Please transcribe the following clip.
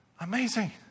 Amazing